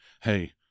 hey